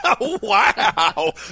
Wow